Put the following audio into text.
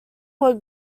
were